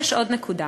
יש עוד נקודה: